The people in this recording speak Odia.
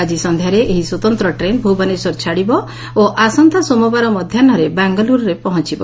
ଆଜି ସନ୍ଧ୍ୟାରେ ଏହି ସ୍ୱତନ୍ତ ଟ୍ରେନ୍ ଭୁବନେଶ୍ୱର ଛାଡ଼ିବ ଓ ଆସନ୍ତା ସୋମବାର ମଧ୍ୟାହ୍ବରେ ବାଙ୍ଗାଲୁରୁରେ ପହଞ୍ଚିବ